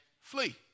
flee